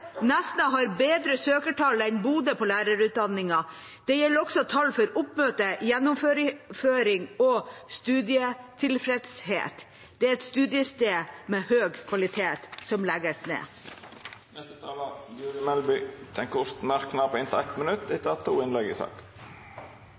har bedre søkertall enn Bodø til lærerutdanningen. Det gjelder også tall for oppmøte, gjennomføring og studietilfredshet. Det er et studiested med høy kvalitet som legges ned. Representanten Guri Melby har hatt ordet to gonger tidlegare og får ordet til ein kort merknad, avgrensa til 1 minutt.